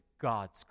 God's